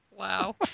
Wow